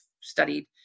studied